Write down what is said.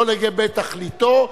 לא לגבי תכליתו,